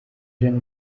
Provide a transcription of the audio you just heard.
ijana